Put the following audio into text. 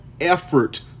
effort